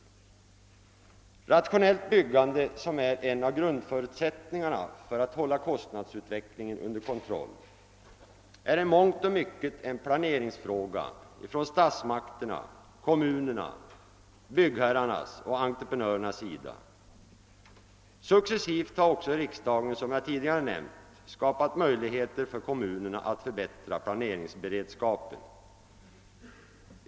Ett rationellt byggande, som är en av grundförutsättningarna för att hålla kostnadsutvecklingen under kontroll, är i mångt och mycket en planeringsfråga från statsmakternas, kommunernas, byggherrarnas och entreprenörernas si da. Successivt har också riksdagen såsom jag tidigare nämnt skapat möjligheter för kommunerna att förbättra planeringsberedskapen.